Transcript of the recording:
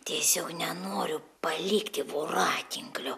tiesiog nenoriu palikti voratinklio